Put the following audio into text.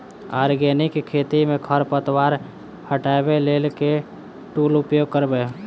Organic खेती मे खरपतवार हटाबै लेल केँ टूल उपयोग करबै?